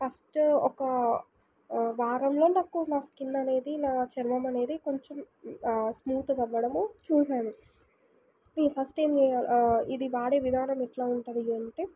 first ఒక వారంలో నాకు నా స్కిన్ అనేది నా చర్మం అనేది కొంచెం స్మూత్గవ్వడము చూశాను ఈ ఫస్ట్ ఏం చేయాల ఇది వాడే విధానం ఎట్లా ఉంటుంది అంటే